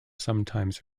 sometimes